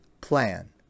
plan